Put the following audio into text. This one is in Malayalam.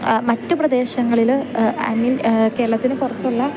മറ്റു പ്രദേശങ്ങളിൽ ഐ മീൻ കേരളത്തിന് പുറത്തുള്ള